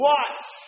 Watch